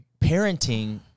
parenting